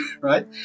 right